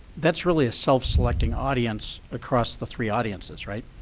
that's really a self-selecting audience across the three audiences, right?